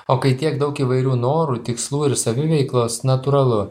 o kai tiek daug įvairių norų tikslų ir saviveiklos natūralu